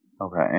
okay